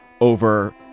over